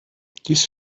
dies